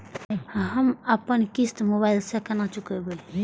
हम अपन किस्त मोबाइल से केना चूकेब?